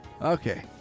Okay